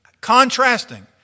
contrasting